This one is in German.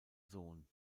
sohn